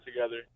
together